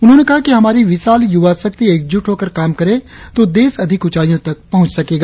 उन्होंने कहा कि हमारी विशाल युवा शक्ति एकजुट होकर काम करे तो देश अधिक ऊचाइयों तक पहुंच सकेगा